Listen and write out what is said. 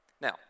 Now